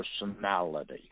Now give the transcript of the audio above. personality